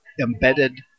embedded